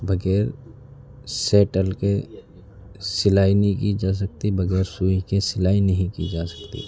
بغیر سیٹل کے سلائی نہیں کی جا سکتی بغیر سوئی کے سلائی نہیں کی جا سکتی